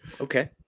Okay